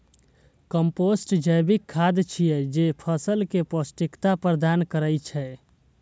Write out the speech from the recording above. compost जैविक खाद छियै, जे फसल कें पौष्टिकता प्रदान करै छै